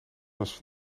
was